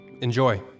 Enjoy